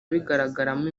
bigaragaramo